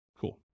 Cool